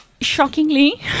Shockingly